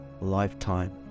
lifetime